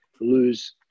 lose